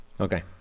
Okay